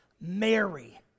Mary